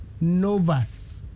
Novas